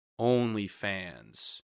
OnlyFans